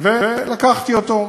ולקחתי אותו.